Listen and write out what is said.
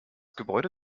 gebäude